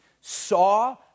saw